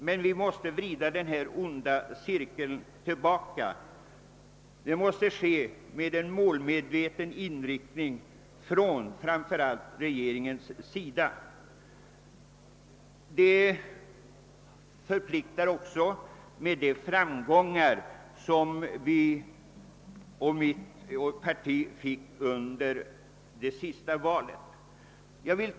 Men vi måste bryta den onda cirkeln genom en målmedveten ansträngning framför allt från regeringens sida. De framgångar som mitt parti fick vid det senaste valet förpliktar.